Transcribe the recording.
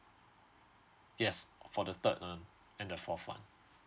yes for the third one and the fourth one